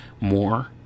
more